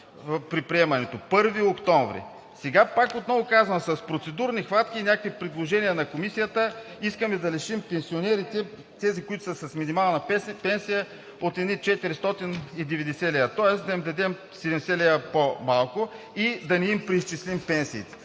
при приемането – 1 октомври. Сега пак отново казвам, че с процедурни хватки и някакви предложения на Комисията искаме да лишим пенсионерите – тези, които са с минимална пенсия, от едни 490 лв., тоест да им дадем 70 лв. по-малко и да не им преизчислим пенсиите.